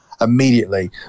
immediately